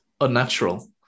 unnatural